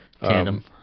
Tandem